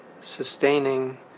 sustaining